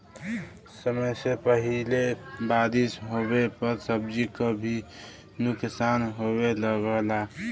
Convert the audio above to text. समय से पहिले बारिस होवे पर सब्जी क भी नुकसान होये लगला